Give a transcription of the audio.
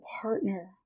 partner